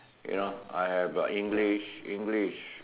you know I have uh English English